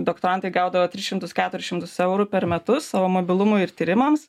doktorantai gaudavo tris šimtus keturis šimtus eurų per metus savo mobilumui ir tyrimams